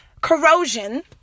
corrosion